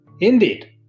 Indeed